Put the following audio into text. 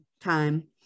time